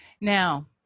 Now